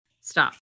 Stop